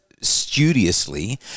studiously